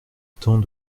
temps